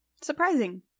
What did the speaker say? Surprising